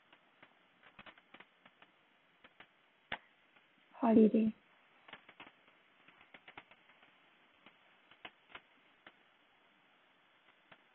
holiday